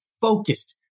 focused